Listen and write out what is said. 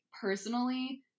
personally